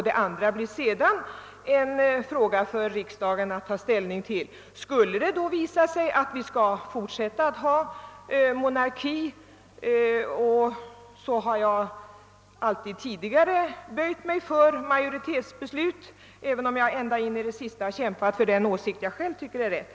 Det övriga blir en fråga för riksdagen att i efterhand ta ställning till. Skulle det därvid visa sig att vi även i fortsättningen skall ha monarki, skall jag liksom jag alltid tidigare gjort böja mig för majoritetsbeslutet, även om jag ända in i det sista kämpat för den åsikt jag själv tycker är den riktiga.